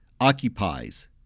occupies